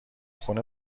خونه